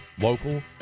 local